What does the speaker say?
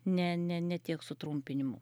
ne ne ne tiek su trumpinimu